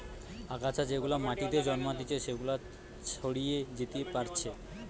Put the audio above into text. আগাছা যেগুলা মাটিতে জন্মাতিচে সেগুলা ছড়িয়ে যেতে পারছে